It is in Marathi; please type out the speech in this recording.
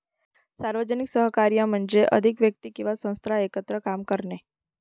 सार्वजनिक सहकार्य म्हणजे अधिक व्यक्ती किंवा संस्था एकत्र काम करणे